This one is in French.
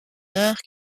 heures